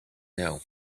know